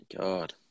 God